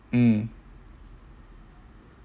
mm